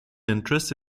interest